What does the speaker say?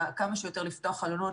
כמה שיותר לפתוח חלונות,